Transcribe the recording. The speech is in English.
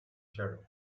shadow